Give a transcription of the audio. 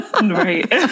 Right